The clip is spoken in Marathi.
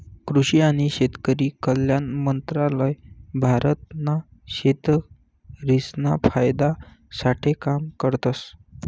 कृषि आणि शेतकरी कल्याण मंत्रालय भारत ना शेतकरिसना फायदा साठे काम करतस